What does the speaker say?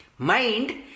Mind